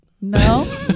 no